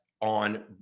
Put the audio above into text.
on